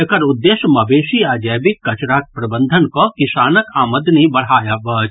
एकर उद्देश्य मवेशी आ जैविक कचराक प्रबंधन कऽ किसानक आमदनी बढ़ायब अछि